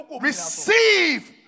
Receive